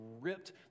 ripped